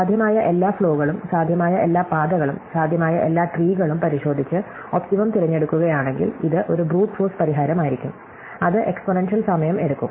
സാധ്യമായ എല്ലാ ഫ്ലോകളും സാധ്യമായ എല്ലാ പാതകളും സാധ്യമായ എല്ലാ ട്രീകളും പരിശോധിച്ച് ഒപ്റ്റിമo തിരഞ്ഞെടുക്കുകയാണെങ്കിൽ ഇത് ഒരു ബ്രൂട്ട് ഫോഴ്സ് പരിഹാരമായിരിക്കും അത് എക്സ്പോണൻഷ്യൽ സമയം എടുക്കും